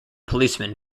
policeman